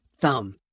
thumb